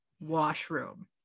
washroom